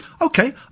okay